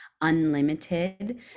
Unlimited